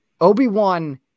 Obi-Wan